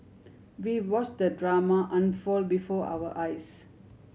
we watch the drama unfold before our eyes